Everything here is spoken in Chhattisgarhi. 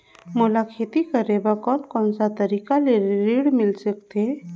मोला खेती करे बर कोन कोन सा तरीका ले ऋण मिल सकथे?